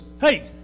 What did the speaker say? hey